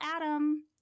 Adam